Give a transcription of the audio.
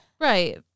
Right